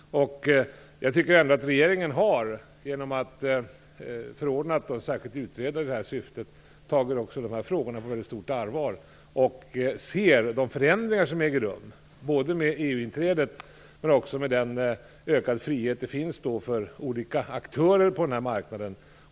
Jag tycker ändå att regeringen genom att förordna en särskild utredare tar dessa frågor på stort allvar. Vi ser att det sker förändringar, i och med EU-inträdet och den ökade friheten för olika aktörer på marknaden.